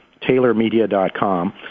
TaylorMedia.com